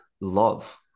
love